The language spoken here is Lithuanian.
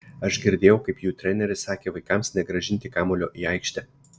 aš girdėjau kaip jų treneris sakė vaikams negrąžinti kamuolio į aikštę